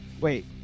Wait